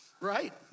Right